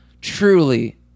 truly